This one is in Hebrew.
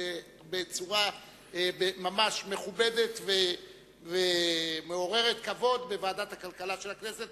בצורה ממש מכובדת ומעוררת כבוד בוועדת הכלכלה של הכנסת,